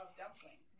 dumpling